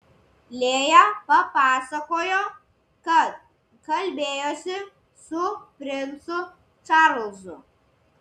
lėja papasakojo kad kalbėjosi su princu čarlzu